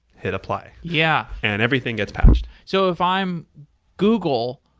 hit apply, yeah and everything gets patched. so if i am google,